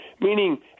meaning